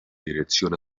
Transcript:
dirección